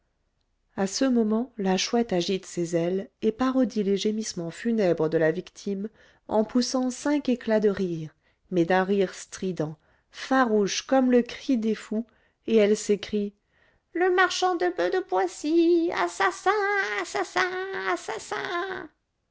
à ce moment la chouette agite ses ailes et parodie les gémissements funèbres de la victime en poussant cinq éclats de rire mais d'un rire strident farouche comme le rire des fous et elle s'écrie le marchand de boeufs de poissy assassin assassin assassin